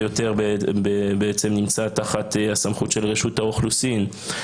יותר נמצא תחת הסמכות של רשות האוכלוסין.